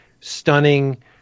stunning